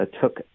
took